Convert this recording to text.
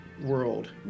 world